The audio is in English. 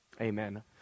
Amen